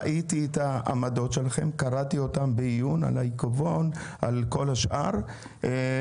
ראיתי את העמדות שלכם וקראתי אותן על העיכבון וכל השאר בעיון.